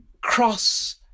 cross